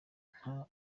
nta